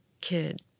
kid